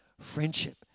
friendship